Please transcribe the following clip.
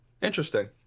interesting